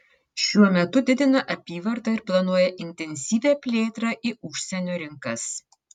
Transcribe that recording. šiuo metu didina apyvartą ir planuoja intensyvią plėtrą į užsienio rinkas